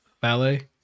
Ballet